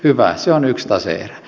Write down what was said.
hyvä se on yksi tase erä